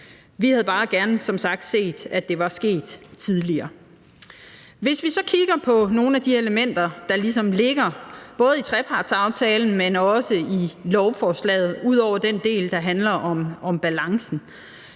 som sagt bare gerne set, at det var sket tidligere. Hvis vi så kigger på nogle af de elementer, der ligger både i trepartsaftalen, men også i lovforslaget – ud over den del, der handler om balancen